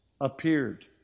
appeared